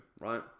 right